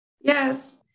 Yes